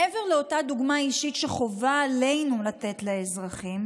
מעבר לאותה דוגמה אישית שחובה עלינו לתת לאזרחים,